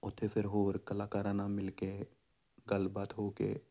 ਉੱਥੇ ਫਿਰ ਹੋਰ ਕਲਾਕਾਰਾਂ ਨਾਲ ਮਿਲ ਕੇ ਗੱਲਬਾਤ ਹੋ ਕੇ